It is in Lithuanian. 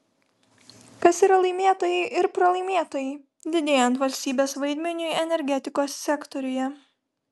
kas yra laimėtojai ir pralaimėtojai didėjant valstybės vaidmeniui energetikos sektoriuje